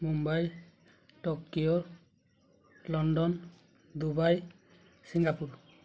Mumbai Tokyo London Dubai Singapore